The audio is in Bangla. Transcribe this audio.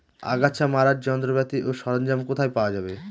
আগাছা মারার যন্ত্রপাতি ও সরঞ্জাম কোথায় পাওয়া যাবে?